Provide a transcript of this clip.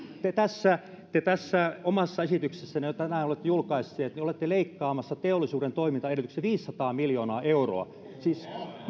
te tässä te tässä omassa esityksessänne jonka tänään olette julkaisseet olette leikkaamassa teollisuuden toimintaedellytyksiä viisisataa miljoonaa euroa siis